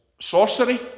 sorcery